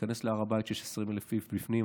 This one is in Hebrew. להיכנס להר הבית כשיש 20,000 איש בפנים,